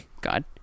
god